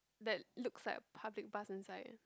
that looks like public bus inside